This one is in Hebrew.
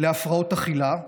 להפרעות אכילה,